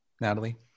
Natalie